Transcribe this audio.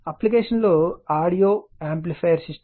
application audio amplifier system